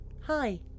Hi